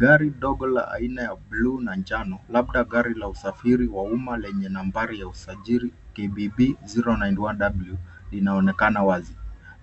Gari dogo la aina ya buluu na njano labda gari la usafiri wa umma lenye nambari ya usajili KBB 091 W inaonekana wazi,